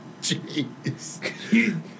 Jeez